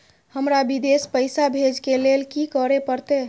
हमरा विदेश पैसा भेज के लेल की करे परते?